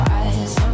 eyes